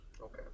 Okay